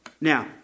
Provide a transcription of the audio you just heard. Now